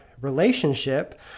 relationship